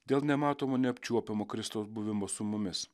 dėl nematomo neapčiuopiamo kristaus buvimo su mumis